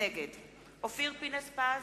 נגד אופיר פינס-פז,